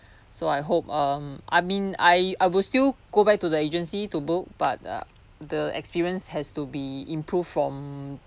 so I hope um I mean I I will still go back to the agency to book but (uh)the experience has to be improved from